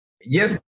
yes